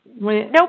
Nope